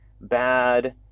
bad